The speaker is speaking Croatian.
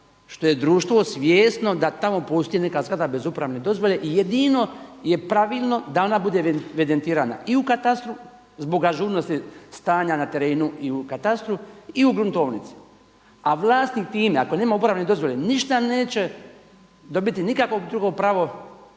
što je društvo svjesno da tamo postoji neka zgrada bez upravne dozvole i jedino j pravilno da ona bude evidentirana i u katastru zbog ažurnosti stanja na terenu i u katastru i u gruntovnici. A vlasnik time ako nema uporabne dozvole ništa neće, dobiti nikakvo drugo pravo